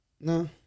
No